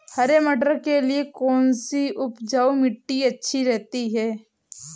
हरे मटर के लिए कौन सी उपजाऊ मिट्टी अच्छी रहती है?